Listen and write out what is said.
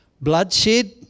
bloodshed